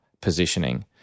positioning